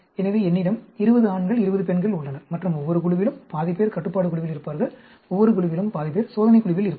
எனவே என்னிடம் 20 ஆண்கள் 20 பெண்கள் உள்ளனர் மற்றும் ஒவ்வொரு குழுவிலும் பாதி பேர் கட்டுப்பாடு குழுவில் இருப்பார்கள் ஒவ்வொரு குழுவிலும் பாதி பேர் சோதனை குழுவில் இருப்பார்கள்